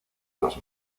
los